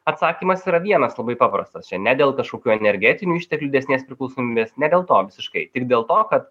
atsakymas yra vienas labai paprastas čia ne dėl kažkokių energetinių išteklių didesnės priklausomybės ne dėl to visiškai tik dėl to kad